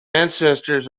ancestors